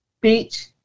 Beach